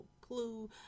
clue